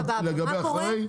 לגבי אחרי?